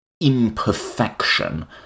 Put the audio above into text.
imperfection